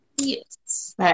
yes